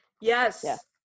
Yes